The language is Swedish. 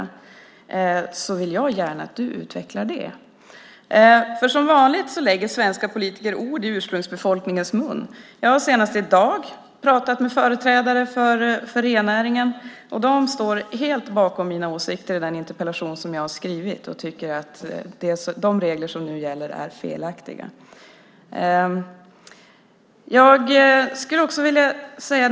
Jag vill gärna att du utvecklar det. För som vanligt lägger svenska politiker ord i ursprungsbefolkningens mun. Jag har senast i dag pratat med företrädare för rennäringen, och de står helt bakom mina åsikter i den interpellation som jag har skrivit och tycker att de regler som nu gäller är felaktiga.